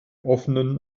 offenen